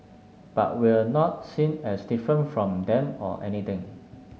but we're not seen as different from them or anything